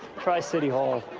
try city hall.